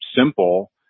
simple